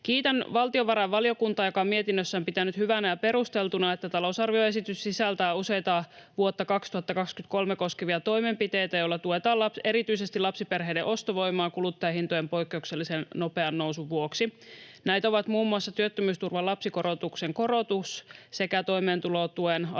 Kiitän valtiovarainvaliokuntaa, joka on mietinnössään pitänyt hyvänä ja perusteltuna, että talousarvioesitys sisältää useita vuotta 2023 koskevia toimenpiteitä, joilla tuetaan erityisesti lapsiperheiden ostovoimaa kuluttajahintojen poikkeuksellisen nopean nousun vuoksi. Näitä ovat muun muassa työttömyysturvan lapsikorotuksen korotus sekä toimeentulotuen alle